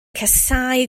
casáu